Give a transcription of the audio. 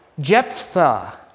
Jephthah